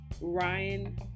Ryan